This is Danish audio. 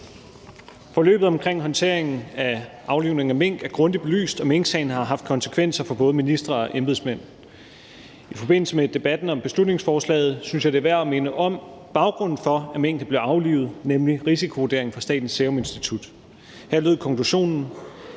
Forløbet omkring håndteringen af aflivningen af mink er grundigt belyst, og minksagen har haft konsekvenser for både ministre og embedsmænd. I forbindelse med debatten om beslutningsforslaget synes jeg, det er værd at minde om baggrunden for, at minkene blev aflivet, nemlig risikovurderingen fra Statens Serum Institut. Her lød konklusionen: